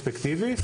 רטרוספקטיבי.